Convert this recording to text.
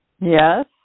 Yes